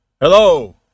Hello